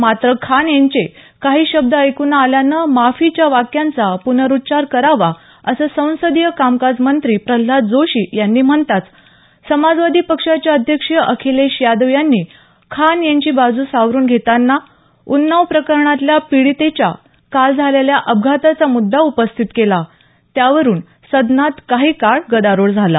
मात्र खान यांचे काही शब्द ऐकू न आल्यानं माफीच्या वाक्यांचा पुनरुच्चार करावा असं संसदीय कामकाज मंत्री प्रल्हाद जोशी यांनी म्हणताच समाजवादी पक्षाचे अध्यक्ष अखिलेश यादव यांनी खान यांची बाजू सावरून घेताना उन्नाव प्रकरणातल्या पीडितेच्या काल झालेल्या अपघाताचा मुद्दा उपस्थित केला त्यावरून सदनात काही काळ गदारोळ झाला